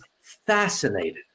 fascinated